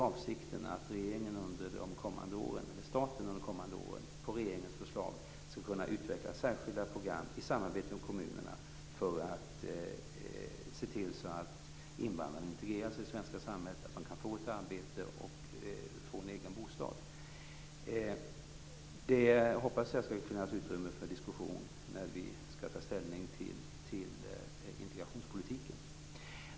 Avsikten är alltså att staten under de kommande åren på regeringens förslag skall kunna utveckla särskilda program i samarbete med kommunerna för att se till att invandrarna integreras i det svenska samhället och att de kan få ett arbete och en egen bostad. Jag hoppas att det skall finnas utrymme för en diskussion när vi skall ta ställning till integrationspolitiken.